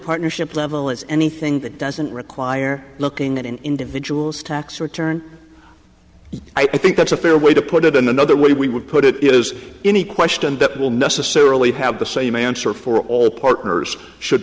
partnership level is anything that doesn't require looking at an individual's tax return i think that's a fair way to put it another way we would put it is any question that will necessarily have the same answer for all partners should